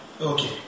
okay